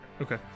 Okay